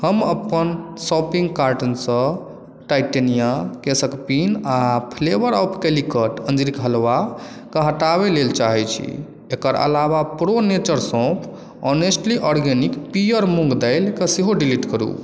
हम अपन शॉपिंग कार्टसँ टाइटेनिआ केशक पिन आ फ्लेवर ऑफ़ कैलीकॉट अंजीरक हलवाकेँ हटाबै लेल चाहैत छी एकर अलावा प्रो नेचर सौंफ ऑनेस्टली आर्गेनिक पीयर मूँग दालिकेँ सेहो डिलीट करू